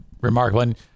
remarkable